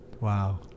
wow